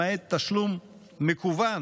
למעט תשלום מקוון